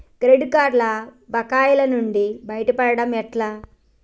Credit కార్డుల బకాయిల నుండి బయటపడటం ఎట్లా?